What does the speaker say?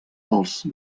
als